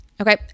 Okay